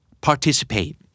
Participate